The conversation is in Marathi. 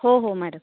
हो हो मॅडम